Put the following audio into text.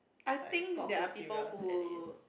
I think there are people who